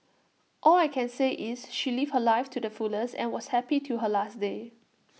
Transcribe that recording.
all I can say is she lived her life too the fullest and was happy till her last day